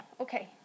okay